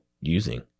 using